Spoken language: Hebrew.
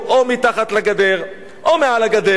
או מתחת לגדר או מעל הגדר.